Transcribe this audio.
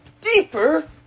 deeper